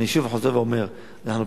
אני חוזר ואומר: אנחנו פועלים,